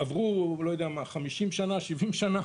עברו 50 שנה, 70 שנה,